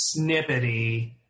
snippety